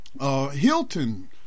Hilton